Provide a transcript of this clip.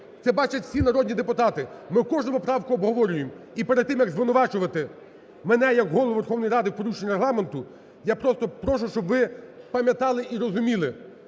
це бачать всі народні депутати, ми кожну поправку обговорюємо. І перед тим, як звинувачувати мене як Голову Верховної Ради в порушенні Регламенту, я просто прошу, щоб ви пам'ятали і розуміли,